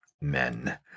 men